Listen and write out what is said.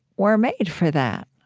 we're made for that.